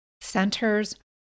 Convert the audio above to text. centers